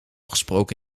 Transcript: gesproken